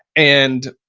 and